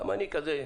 גם אני כזה.